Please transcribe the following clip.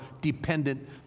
dependent